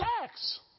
tax